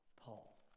Paul